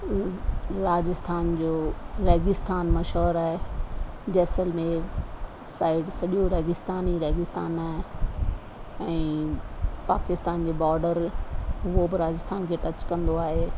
राजस्थान जो रेगिस्थान मशहूरु आहे जैसलमेर साइड सॼो रेगिस्तान ई रेगिस्तान आहे ऐं पाकिस्तान जे बॉर्डर उहो बि राजस्थान खे टच कंदो आहे